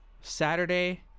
Saturday